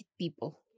people